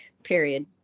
period